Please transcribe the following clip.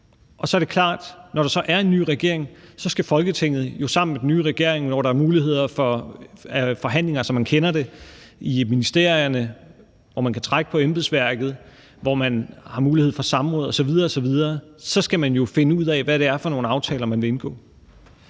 Og så er det klart, at når der så er en ny regering, skal Folketinget sammen med den nye regering – når der er muligheder for forhandlinger, som man kender det, i ministerierne, hvor man kan trække på embedsværket, hvor man har mulighed for samråd osv. osv. – finde ud af, hvad det er for nogle aftaler, man vil indgå.